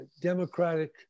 democratic